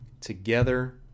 Together